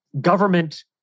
government